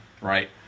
right